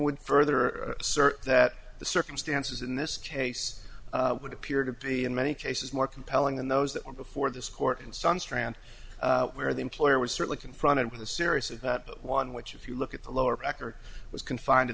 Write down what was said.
would further assert that the circumstances in this case would appear to be in many cases more compelling than those that were before this court in some strand where the employer was certainly confronted with a series of that but one which if you look at the lower record was confined to